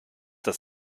das